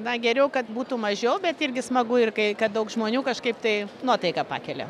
na geriau kad būtų mažiau bet irgi smagu ir kai kad daug žmonių kažkaip tai nuotaiką pakelia